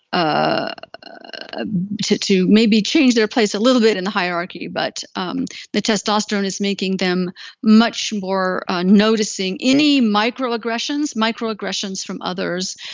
ah to to maybe change their place a little bit in the hierarchy but um the testosterone is making them much more noticing, any micro aggressions, micro aggressions from others.